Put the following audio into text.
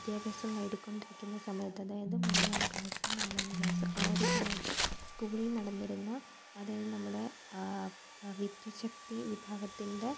വിദ്യാഭ്യാസം നേടിക്കൊണ്ടിരിക്കുന്ന സമയത്ത് അതായത് മൂന്നാം ക്ലാസ് നാലാം ക്ലാസ് ആ ഒരു സമയത്ത് സ്കൂളില് നടന്നിരുന്ന അതായത് നമ്മുടെ വിദ്യുച്ഛക്തി വിഭാഗത്തിന്റെ